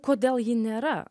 kodėl ji nėra